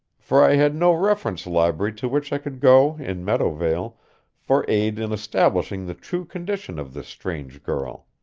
for i had no reference library to which i could go in meadowvale for aid in establishing the true condition of this strange girl.